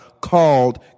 called